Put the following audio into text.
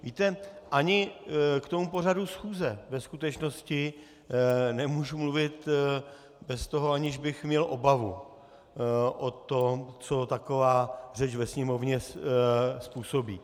Víte, ani k tomu pořadu schůze ve skutečnosti nemůžu mluvit bez toho, aniž bych měl obavu o tom, co taková řeč ve Sněmovně způsobí.